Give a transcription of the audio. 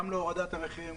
גם להורדת המחירים,